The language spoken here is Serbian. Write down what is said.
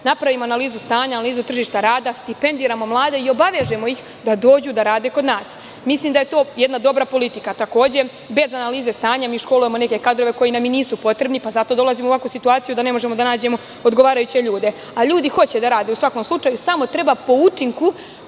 napravimo analizu stanja, analizu tržišta rada, stipendiramo mlade i obavežemo ih da dođu da rade kod nas. Mislim da je to jedna dobra politika. Takođe, bez analize stanja, mi školujemo neke kadrove koji nam nisu potrebni, pa zato dolazimo u ovakvu situaciju da ne možemo da nađem odgovarajuće ljudi, a ljudi hoće da rade, u svakom slučaju, samo treba po učinku